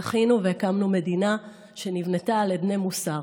זכינו והקמנו מדינה שנבנתה על אדני מוסר,